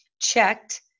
checked